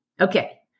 Okay